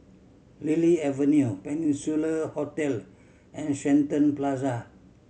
Lily Avenue Peninsula Hotel and Shenton Plaza